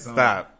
Stop